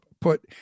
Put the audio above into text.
put